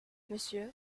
monsieur